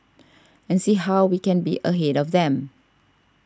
and see how we can be ahead of them